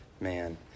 man